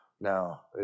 Now